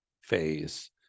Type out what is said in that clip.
phase